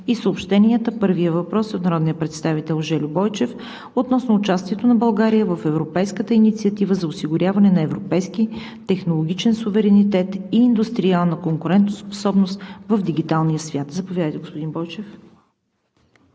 и съобщенията. Първият въпрос е от народния представител Жельо Бойчев – относно участието на България в Европейската инициатива за осигуряване на европейски технологичен суверенитет и индустриална конкурентоспособност в дигиталния свят. Заповядайте, господин Бойчев.